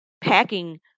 packing